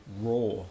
raw